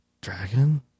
Dragon